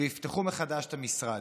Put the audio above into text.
ויפתחו מחדש את המשרד.